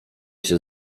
się